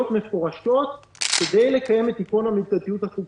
מפורשות כדי לקיים את עקרון המידתיות החוקתית.